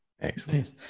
Excellent